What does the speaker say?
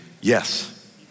yes